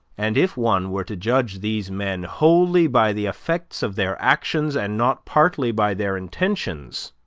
and if one were to judge these men wholly by the effects of their actions and not partly by their intentions,